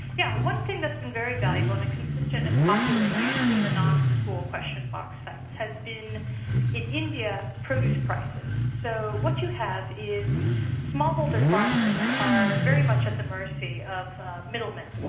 yeah one thing that's been very valuable and a consistent and popular use in the non-school question box sites, has been an india produce prices. so what you have is small-holder farmers are very much at mercy of middlemen.